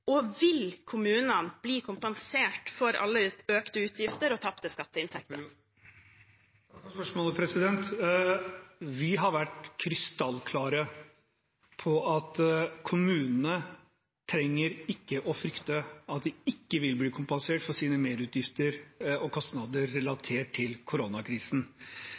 og om kommunene vil bli kompensert for alle økte utgifter og tapte skatteinntekter. Takk for spørsmålet. Vi har vært krystallklare på at kommunene ikke trenger å frykte at de ikke vil bli kompensert for sine merutgifter og kostnader relatert til koronakrisen.